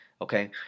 Okay